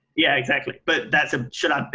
yeah, exactly. but that's a, should i,